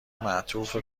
معطوف